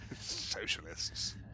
Socialists